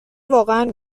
واقعا